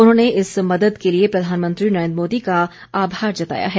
उन्होंने इस मदद के लिए प्रधानमंत्री नरेंद्र मोदी का आभार जताया है